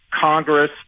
Congress